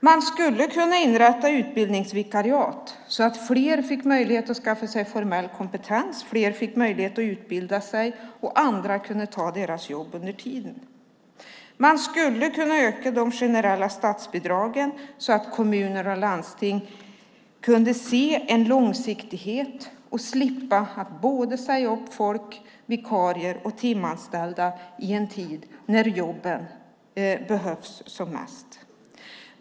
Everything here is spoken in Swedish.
Man skulle kunna inrätta utbildningsvikariat så att fler fick möjlighet att skaffa sig formell kompetens, så att fler fick möjlighet att utbilda sig och andra kunde ta deras jobb under tiden. Man skulle kunna öka de generella statsbidragen så att kommuner och landsting kunde se en långsiktighet och slippa att säga upp vikarier och timanställda i en tid när jobben behövs som mest.